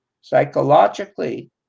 Psychologically